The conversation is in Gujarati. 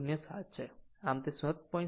07 છે મેં 7